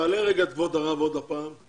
תעלה רגע את כבוד הרב עוד פעם.